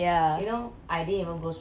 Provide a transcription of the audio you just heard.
ya